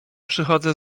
przychodzę